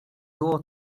było